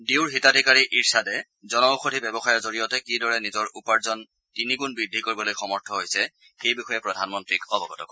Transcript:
ডিউৰ হিতাধিকাৰী ইৰ্চাদে জন ঔষধি ব্যৱসায়ৰ জৰিয়তে কি দৰে নিজৰ উপাৰ্জন তিনিণ্ডণ বুদ্ধি কৰিবলৈ সমৰ্থ হৈছে সেই বিষয়ে প্ৰধানমন্ত্ৰীক অৱগত কৰে